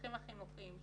לצרכים החינוכיים שלהם,